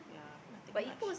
yeah nothing much